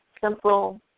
simple